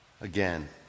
again